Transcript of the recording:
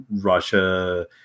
Russia